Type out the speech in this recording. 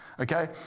Okay